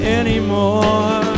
anymore